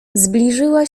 zbliżyła